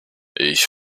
ich